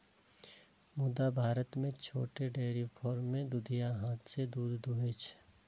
मुदा भारत मे छोट डेयरी फार्म मे दुधिया हाथ सं दूध दुहै छै